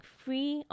free